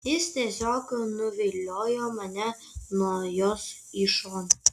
jis tiesiog nuviliojo mane nuo jos į šoną